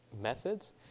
methods